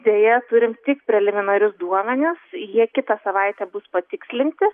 deja turim tik preliminarius duomenis jie kitą savaitę bus patikslinti